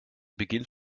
beginnt